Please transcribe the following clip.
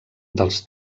dels